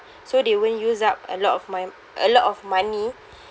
so they won't use up a lot of my a lot of money